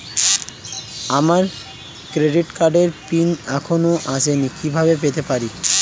আমার ক্রেডিট কার্ডের পিন এখনো আসেনি কিভাবে পেতে পারি?